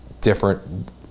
different